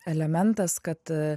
elementas kad